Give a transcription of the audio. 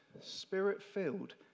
spirit-filled